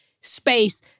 space